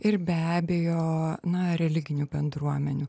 ir be abejo na religinių bendruomenių